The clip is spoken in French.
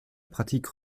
pratique